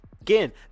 again